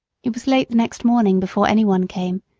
it was late the next morning before any one came,